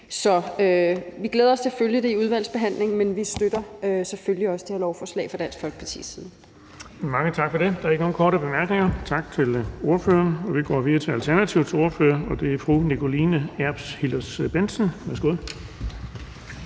Så vi glæder os til at følge det i udvalgsbehandlingen, men vi støtter selvfølgelig også det her lovforslag fra Dansk Folkepartis side. Kl. 16:54 Den fg. formand (Erling Bonnesen): Tak for det. Der er ikke nogen korte bemærkninger. Tak til ordføreren. Vi går videre til Alternativets ordfører, og det er fru Nikoline Erbs Hillers-Bendtsen. Værsgo.